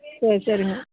சரி சரிங்க